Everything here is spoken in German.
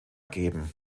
geben